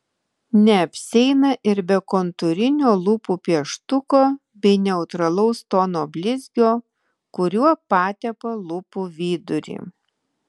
neapsieina ir be kontūrinio lūpų pieštuko bei neutralaus tono blizgio kuriuo patepa lūpų vidurį